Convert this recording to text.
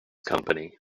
company